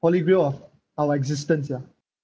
holy grail of our existence ya